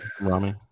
Rami